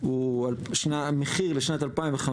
הוא המחיר לשנת 2015,